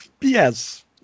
Yes